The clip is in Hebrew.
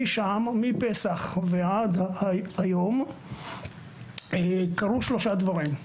מאז פסח ועד היום קרו שלושה דברים.